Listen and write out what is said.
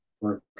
work